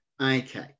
okay